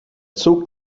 zug